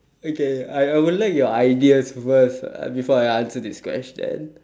okay I I would like your ideas first before I answer this question